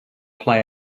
play